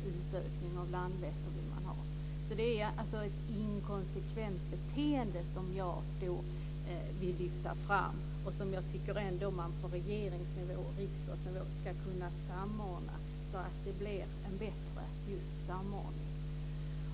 Dessutom vill man ha en utökning av Landvetter. Detta inkonsekventa beteende vill jag alltså lyfta fram. På regerings och riksdagsnivå ska man väl ändå kunna samordna de här sakerna, för just en bättre samordning